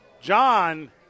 John